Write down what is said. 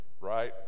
Right